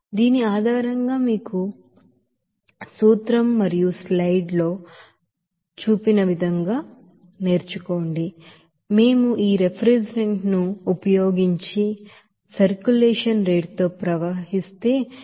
కాబట్టి దీని ఆధారంగా మీకు సూత్రం మరియు స్లైడ్లలో తెలుసు మేము ఈ రిఫ్రిజిరెంట్ ను ఉపయోగించి మీ సర్క్యులేషన్ రేటుతో ప్రవహిస్తే నిమిషానికి 18